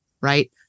Right